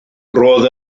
roedd